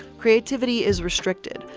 creativity is restricted.